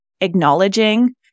acknowledging